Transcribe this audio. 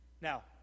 Now